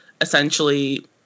essentially